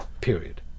period